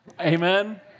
Amen